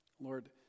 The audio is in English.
Lord